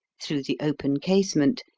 through the open casement,